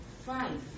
Five